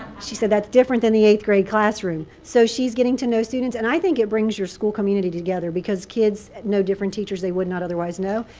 she said, that's different than the eighth grade classroom. so she's getting to know students. and i think it brings your school community together. because kids know different teachers they would not otherwise know.